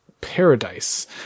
Paradise